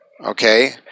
Okay